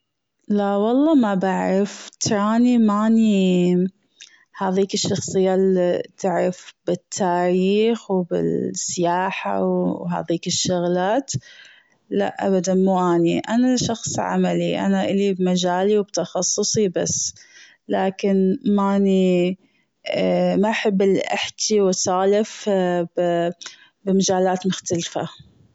لا والله مابعرف تراني ما أني هاذيك الشخصية اللي تعرف بالتاريخ وبالسياحة وبهاذيك الشغلات لأ ابدا مو أني أنا شخص عملي أنا إلى بمجالي وتخصصي بس لكن ما اني ما احب أني أحكي وأسولف بمجالات مختلفة.